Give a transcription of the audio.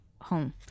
home